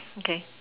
okay